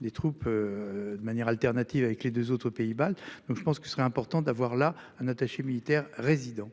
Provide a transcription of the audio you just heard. les troupes. De manière alternative avec les 2 autres pays baltes, donc je pense qu'il serait important d'avoir là un attaché militaire résidents.